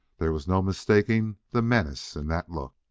there was no mistaking the menace in that look.